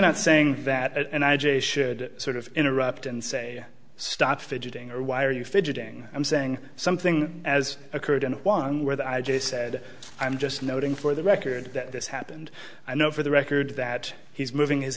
not saying that an i j should sort of interrupt and say stop fidgeting or why are you fidgeting i'm saying something as occurred in one where that i just said i'm just noting for the record that this happened i know for the record that he's moving his